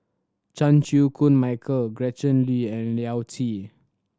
Chan Chew Koon Michael Gretchen Liu and Yao Zi